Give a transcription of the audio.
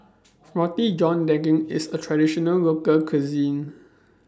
Roti John Daging IS A Traditional Local Cuisine